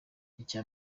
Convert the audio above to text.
icya